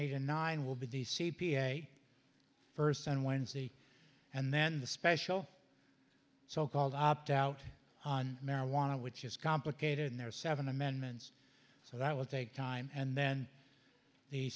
eight and nine will be the c p a first on wednesday and then the special so called opt out on marijuana which is complicated and there are seven amendments so that will take time and then the